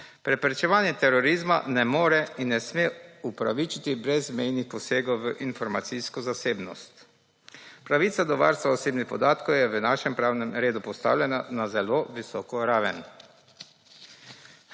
Preprečevanje terorizma ne more in ne sme upravičiti brezmejnih posegov v informacijsko zasebnost. Pravica do varstva osebnih podatkov je v našem pravnem redu postavljena na zelo visoko raven.